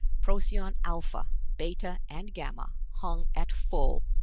procyon alpha, beta and gamma hung at full,